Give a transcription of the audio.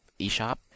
eShop